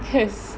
because